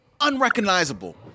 unrecognizable